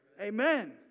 Amen